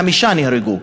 חמישה נהרגו,